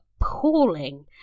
appalling